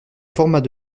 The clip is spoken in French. formats